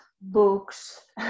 books